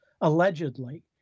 allegedly